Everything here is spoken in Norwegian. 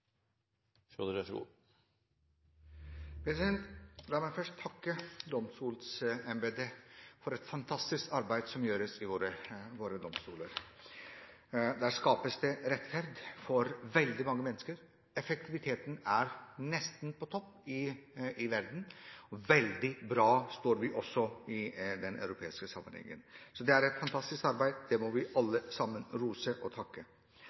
La meg først takke domstolembetet for et fantastisk arbeid som gjøres i våre domstoler. Der skapes det rettferd for veldig mange mennesker. Effektiviteten er nesten på topp i verden, og veldig bra står vi også i den europeiske sammenhengen. Så det er et fantastisk arbeid, det må vi alle sammen rose og takke